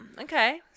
Okay